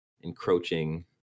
encroaching